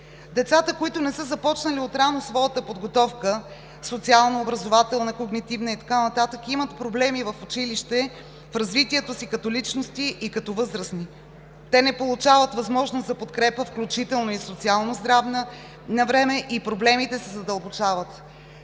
Децата, които не са започнали отрано своята подготовка: социално-образователна, когнитивна и така нататък, имат проблеми в училище, в развитието си като личности и като възрастни. Те не получават възможност за подкрепа, включително и социално-здравна навреме, и проблемите се задълбочават.